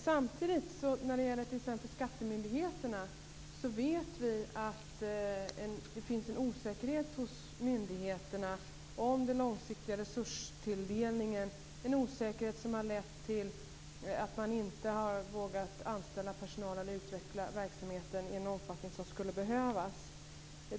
Samtidigt vet vi att det finns en osäkerhet hos skattemyndigheten om den långsiktiga resurstilldelningen, en osäkerhet som har lett till att man inte har vågat att anställa personal och utveckla verksamheten i den omfattning som skulle behövas.